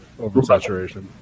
oversaturation